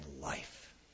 life